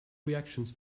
reactions